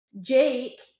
Jake